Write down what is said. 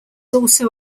also